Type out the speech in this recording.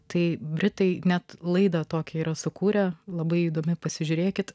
tai britai net laida tokia yra sukūrė labai įdomi pasižiūrėkit